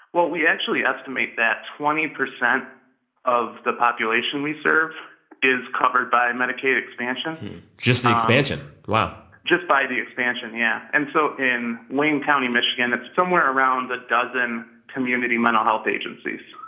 but we actually estimate that twenty percent of the population we serve is covered by medicaid expansion just the expansion? wow just by the expansion, yeah. and so in wayne county, mich, and it's somewhere around a dozen community mental health agencies.